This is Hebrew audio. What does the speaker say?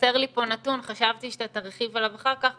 חסר לי פה נתון, חשבתי שאתה תרחיב עליו אחר כך.